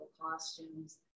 costumes